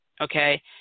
okay